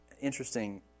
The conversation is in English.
interesting